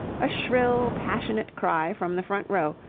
a shrill, passionate cry from the front row,